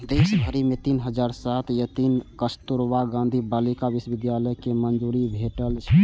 देश भरि मे तीन हजार सात सय तीन कस्तुरबा गांधी बालिका विद्यालय कें मंजूरी भेटल छै